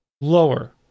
lower